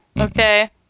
okay